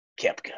Kepka